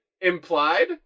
implied